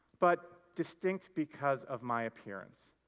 but distinct because of my appearance.